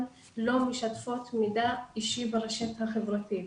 לא משתפות מידע אישי ברשת החברתית.